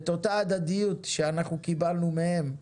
את אותה הדדיות שאנחנו קיבלנו מהם,